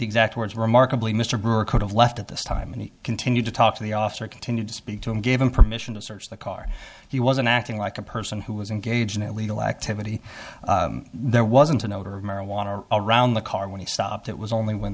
exact words remarkably mr brewer could have left at this time and he continued to talk to the officer continued to speak to him gave him permission to search the car he wasn't acting like a person who was engaged in illegal activity there wasn't an odor of marijuana around the car when he stopped it was only when